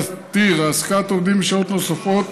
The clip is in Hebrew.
להתיר העסקת עובדים בשעות נוספות